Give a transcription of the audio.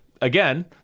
Again